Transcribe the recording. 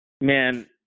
Man